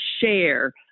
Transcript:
share